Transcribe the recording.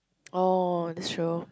oh that's true